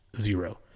Zero